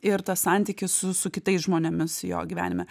ir tas santykis su su kitais žmonėmis jo gyvenime